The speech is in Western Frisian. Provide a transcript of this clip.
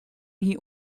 hie